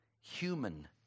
human